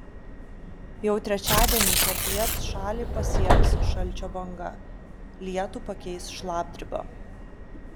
jau trečiadienį popiet šalį pasieks šalčio banga lietų pakeis šlapdriba